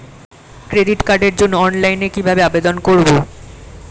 Credit কার্ডের জন্য অনলাইনে কিভাবে আবেদন করব?